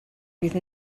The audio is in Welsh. fydd